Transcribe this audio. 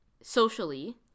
socially